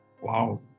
Wow